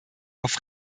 auf